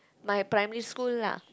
my primary school lah